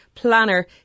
planner